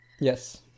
Yes